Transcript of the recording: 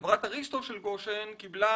אני מניח שגברתי יודעת שחברת אריסטו של גושן קיבלה